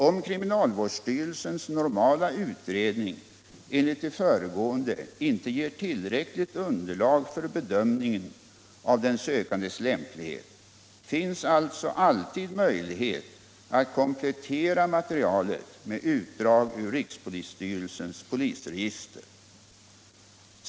Om kriminalvårdsstyrelsens normala utredning enligt det föregående inte ger tillräckligt underlag för bedömningen av den sökandes lämplighet finns alltså alltid möjlighet att komplettera materialet med utdrag ur rikspolisstyrelsens polisregister.